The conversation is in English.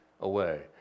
away